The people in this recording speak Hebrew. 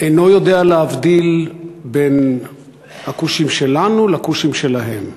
אינו יודע להבדיל בין הכושים שלנו לכושים שלהם?